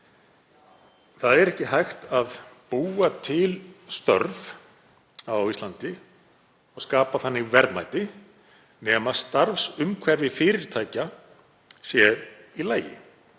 Það er ekki hægt að búa til störf á Íslandi og skapa þannig verðmæti nema starfsumhverfi fyrirtækja sé í lagi.